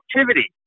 activity